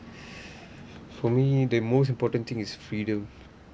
for me the most important thing is freedom